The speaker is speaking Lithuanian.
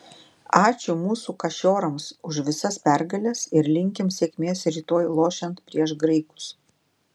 ačiū mūsų kašiorams už visas pergales ir linkim sėkmės rytoj lošiant prieš graikus